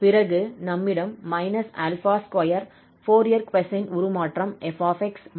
பிறகு நம்மிடம் −𝛼2 Fourier cosine உருமாற்றம் 𝑓𝑥 மற்றும் 2 உள்ளது